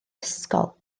ysgol